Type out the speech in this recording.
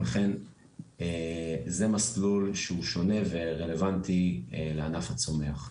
לכן זה מסלול שהוא שונה ורלוונטי לענף הצומח.